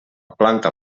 planta